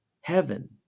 heaven